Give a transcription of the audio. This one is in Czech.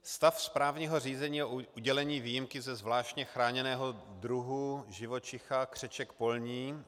Stav správního řízení o udělení výjimky ze zvláště chráněného druhu živočicha křeček polní.